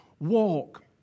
walk